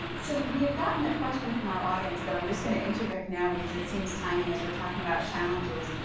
so, we had gotten a question from our audience that i'm just going to interject now, because it seems timely as we're talking about challenges.